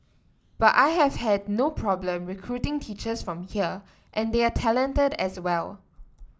but I have had no problem recruiting teachers from here and they are talented as well